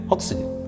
Oxygen